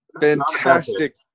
Fantastic